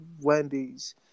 Wendy's